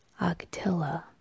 Octilla